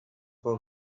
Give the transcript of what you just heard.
for